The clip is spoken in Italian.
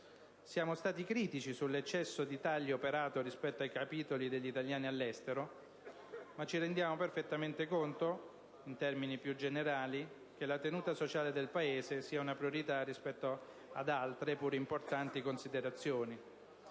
Siamo stati critici sull'eccesso di tagli operati rispetto ai capitoli degli italiani all'estero, ma ci rendiamo perfettamente conto, in termini più generali, che la tenuta sociale del Paese sia una priorità rispetto ad altre, pur importanti, considerazioni.